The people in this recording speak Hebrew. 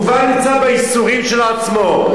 הוא כבר נמצא בייסורים של עצמו.